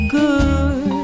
good